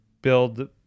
build